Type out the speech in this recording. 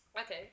Okay